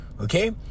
okay